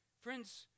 Friends